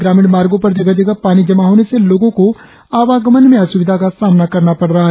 ग्रामीण मार्गो पर जगह जगह पानी जमा होने से लोगो को आवागमन में अस्विधा का सामना करना पड़ रहा है